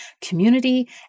community